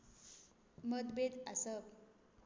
मतभेद आसप